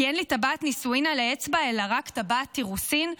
כי אין לי טבעת נישואין על האצבע אלא רק טבעת אירוסין,